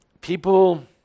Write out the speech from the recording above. people –